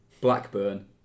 Blackburn